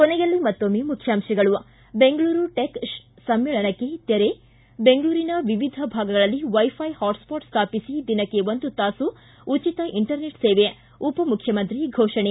ಕೊನೆಯಲ್ಲಿ ಮತ್ತೊಮ್ಮೆ ಮುಖ್ಯಾಂಶಗಳು ್ತು ಬೆಂಗಳೂರು ಟೆಕ್ ತ್ಯಂಗ ಸಮ್ನೇಳನಕ್ಕೆ ತೆರೆ ಬೆಂಗಳೂರಿನ ವಿವಿಧ ಭಾಗಗಳಲ್ಲಿ ವೈಫೈ ಹಾಟ್ ಸ್ಟಾಟ್ ಸ್ಟಾಪಿಸಿ ದಿನಕ್ಕೆ ಒಂದು ತಾಸು ಉಚಿತ ಇಂಟರ್ನೆಟ್ ಸೇವೆ ಉಪಮುಖ್ಚಮಂತ್ರಿ ಘೋಪಣೆ